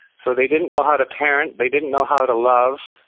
so they didn't know how to parent, they didn't know how to love.